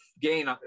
gain